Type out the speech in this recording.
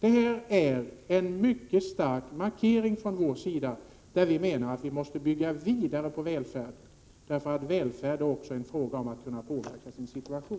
Detta är en mycket stark markering från vår sida. Vi menar att man måste bygga vidare på välfärden, eftersom den också är beroende av att man kan påverka sin egen situation.